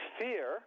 fear